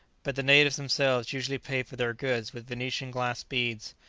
but the natives themselves usually pay for their goods with venetian glass beads,